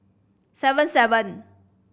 seven seven